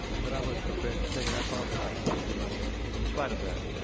but i was prepared to take it. i thought that i could be reelected in spite of that.